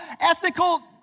ethical